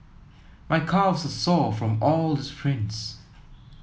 my calves are sore from all the sprints